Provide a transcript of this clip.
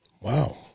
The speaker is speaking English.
Wow